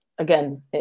Again